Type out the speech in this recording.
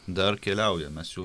dar keliauja mes jų